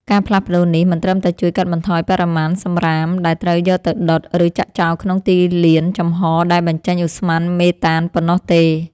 ការផ្លាស់ប្តូរនេះមិនត្រឹមតែជួយកាត់បន្ថយបរិមាណសម្រាមដែលត្រូវយកទៅដុត ឬចាក់ចោលក្នុងទីលានចំហដែលបញ្ចេញឧស្ម័នមេតានប៉ុណ្ណោះទេ។